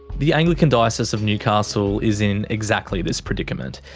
the anglican diocese of newcastle is in exactly this predicament.